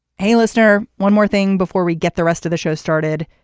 hey listener. one more thing before we get the rest of the show started.